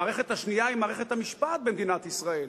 המערכת השנייה היא מערכת המשפט במדינת ישראל.